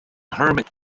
hermit